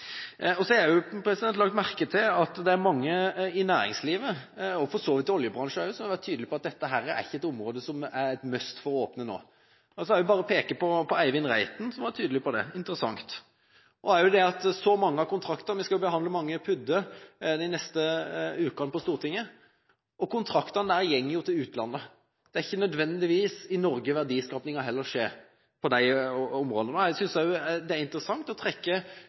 Jeg har lagt merke til at det er mange i næringslivet, og for så vidt i oljebransjen også, som har vært tydelig på at dette ikke er et område som det er et must å åpne nå. Jeg vil nevne Eivind Reiten, som er tydelig på det – interessant. Vi skal behandle mange petroleumsforekomster på Stortinget de neste ukene, og kontraktene der går til utlandet. Det er ikke nødvendigvis i Norge verdiskapingen skjer på disse områdene. Jeg syns det også er interessant å trekke